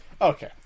Okay